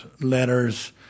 letters